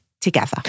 together